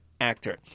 actor